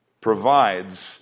provides